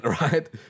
right